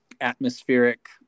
atmospheric